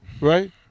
right